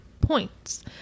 points